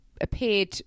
appeared